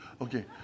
Okay